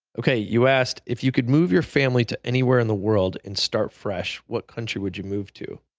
okay, you asked, if you could move your family to anywhere in the world and start fresh, what country would you move to?